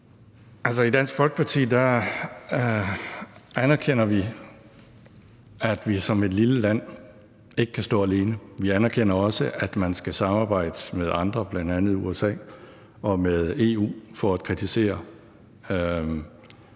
i Dansk Folkeparti anerkender vi, at vi som et lille land ikke kan stå alene. Vi anerkender også, at man skal samarbejde med andre, bl.a. USA og EU, for at kritisere Kina.